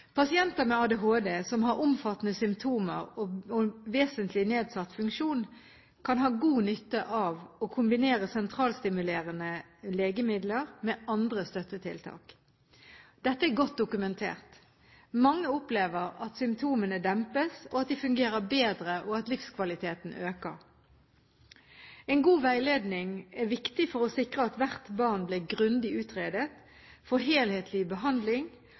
Pasienter med ADHD som har omfattende symptomer og vesentlig nedsatt funksjon, kan ha god nytte av å kombinere sentralstimulerende legemidler med andre støttetiltak. Dette er godt dokumentert. Mange opplever at symptomene dempes, at de fungerer bedre, og at livskvaliteten øker. En god veiledning er viktig for å sikre at hvert barn blir grundig utredet, får helhetlig behandling,